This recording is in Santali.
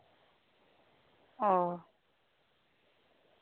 ᱚ